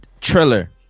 Triller